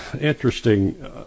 interesting